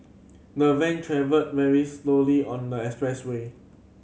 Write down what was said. the van travelled very slowly on the expressway